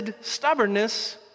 stubbornness